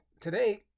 today